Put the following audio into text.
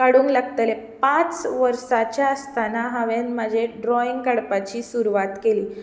काडूंक लागतलें पांच वर्साचें आसतना हांवें म्हजें ड्रोइंग काडपाची सुरवात केली